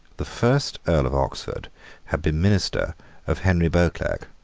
the first earl of oxford had been minister of henry beauclerc.